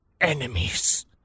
enemies